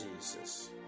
jesus